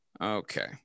Okay